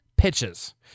Pitches